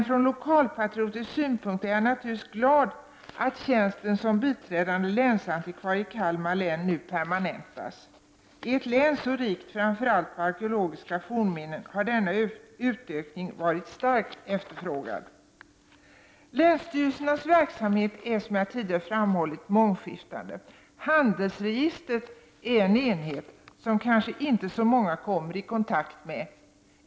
Från lokalpatriotisk synpunkt är jag naturligtvis glad att tjänsten som biträdande länsantikvarie i Kalmar län nu permanentas. I ett län så rikt framför allt på arkeologiska fornminnen har denna utökning varit starkt efterfrågad. Länsstyrelsernas verksamhet är, som jag tidigare framhållit, mångskiftande. Handelsregistret är en enhet som kanske inte så många kommer i kontakt med.